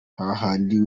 hahandi